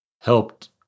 helped